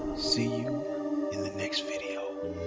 see you in the next video.